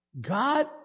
God